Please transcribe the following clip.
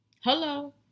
Hello